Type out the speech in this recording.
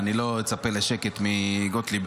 חוות דעת